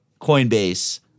Coinbase